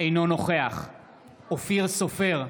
אינו נוכח אופיר סופר,